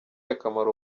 akamaro